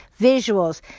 visuals